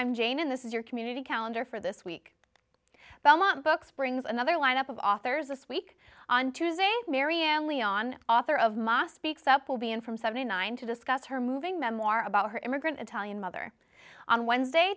i'm jane and this is your community calendar for this week belmont books brings another lineup of authors this week on tuesday marianne leon author of ma speaks up will be in from seventy nine to discuss her moving them or about her immigrant italian mother on wednesday